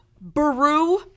Baru